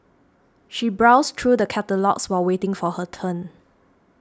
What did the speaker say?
she browsed through the catalogues while waiting for her turn